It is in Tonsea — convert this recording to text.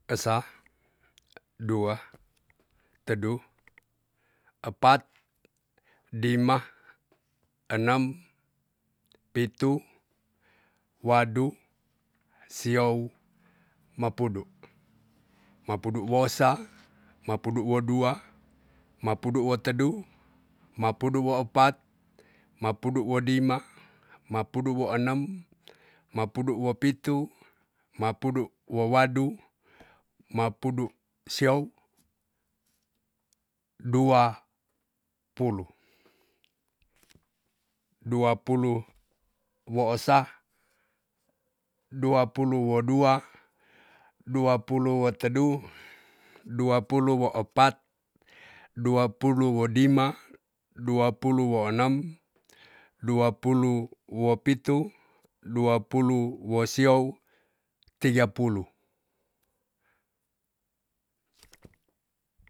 Esa, dua, tedu. epat. dima. enem, pitu, wadu, siow, mapudu, mapudu wosa, mapudu wo dua, maoudu wo twdu, mapudu wo epat, mapudu wo dima, mapudu wo enem, mapudu wo pitu. mapudu wo wadu, mapudu siow, dua pulu. dua pulu wo osa, dua pulu wo dua, dua pulu wo tedu, dua pulu wo epat, dua pulu wo dima, dua pulu wo enem, dua pulu wo pitu, dua pulu wo siow, tiga pulu.